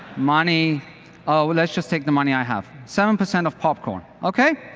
money ah ah let's just take the money i have. seven percent of popcorn, okay?